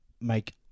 make